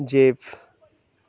যে